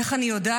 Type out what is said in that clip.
איך אני יודעת?